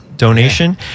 donation